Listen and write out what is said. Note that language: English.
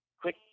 quick